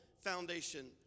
foundation